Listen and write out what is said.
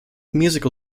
musical